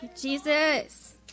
Jesus